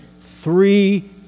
three